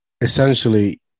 essentially